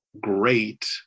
great